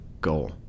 goal